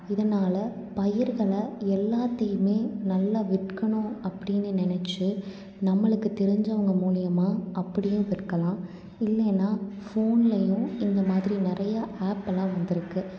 இதனால் பயிர்களை எல்லாத்தையுமே நல்லா விற்கணும் அப்படினு நினச்சி நம்மளுக்கு தெரிஞ்சவங்க மூலியமாக அப்படியும் விற்கலாம் இல்லைன்னா ஃபோன்லையும் இந்த மாதிரி நிறைய ஆப்பெல்லாம் வந்து இருக்கு